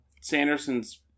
Sanderson's